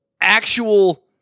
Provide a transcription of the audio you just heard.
actual